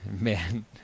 Man